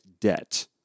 debt